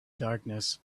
darkness